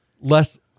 less